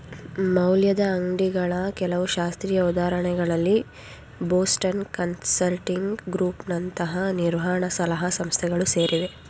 ಮೌಲ್ಯದ ಅಂಗ್ಡಿಗಳ ಕೆಲವು ಶಾಸ್ತ್ರೀಯ ಉದಾಹರಣೆಗಳಲ್ಲಿ ಬೋಸ್ಟನ್ ಕನ್ಸಲ್ಟಿಂಗ್ ಗ್ರೂಪ್ ನಂತಹ ನಿರ್ವಹಣ ಸಲಹಾ ಸಂಸ್ಥೆಗಳು ಸೇರಿವೆ